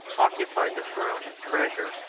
occupied the throne and treasure,